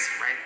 right